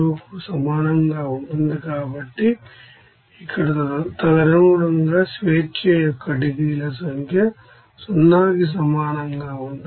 కు సమానంగా ఉంటుంది కాబట్టి ఇక్కడ తదనుగుణంగా డిగ్రీస్ అఫ్ ఫ్రీడమ్ ల సంఖ్య 0 కి సమానంగా ఉంటుంది